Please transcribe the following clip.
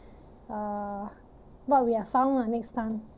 uh what we have found lah next time